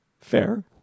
Fair